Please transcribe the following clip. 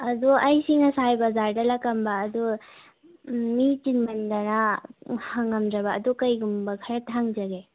ꯑꯗꯣ ꯑꯩꯁꯤ ꯉꯁꯥꯏ ꯕꯖꯥꯔꯗ ꯂꯥꯛꯑꯝꯕ ꯑꯗꯣ ꯎꯝ ꯃꯤ ꯆꯤꯟꯃꯟꯗꯅ ꯍꯪꯉꯝꯗ꯭ꯔꯕ ꯑꯗꯣ ꯀꯔꯤꯒꯨꯝꯕ ꯈꯔꯇ ꯍꯪꯖꯒꯦ